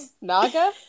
Naga